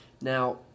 Now